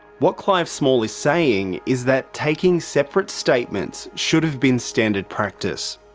what clive small is saying is that taking separate statements should have been standard practice.